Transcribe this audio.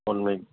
one week